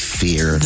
fear